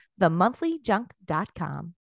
themonthlyjunk.com